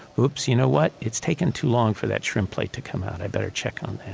oops, you know what? it's taking too long for that shrimp plate to come out, i'd better check on that.